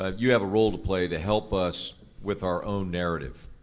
um you have a role to play to help us with our own narrative.